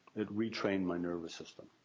it retrained my nervous system.